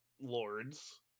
lords